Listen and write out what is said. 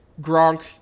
Gronk